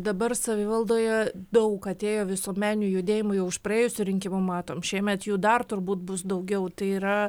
dabar savivaldoje daug atėjo visuomeninių judėjimų jau už praėjusių rinkimų matome šiemet jų dar turbūt bus daugiau tai yra